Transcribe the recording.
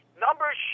Numbers